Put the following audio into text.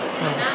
להתנגד.